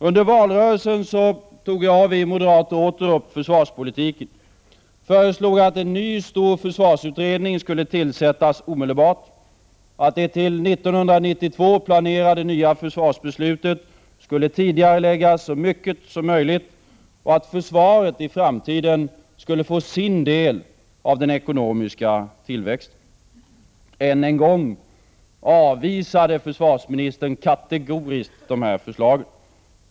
Under valrörelsen tog jag åter upp försvarspolitiken och föreslog att en ny stor försvarsutredning skulle tillsättas omedelbart, att det till 1992 planerade nya försvarsbeslutet skulle tidigareläggas så mycket som möjligt och att försvaret i framtiden skulle få sin del av den ekonomiska tillväxten. Än en gång avvisade försvarsministern kategoriskt dessa förslag.